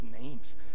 names